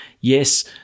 Yes